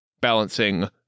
balancing